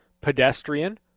pedestrian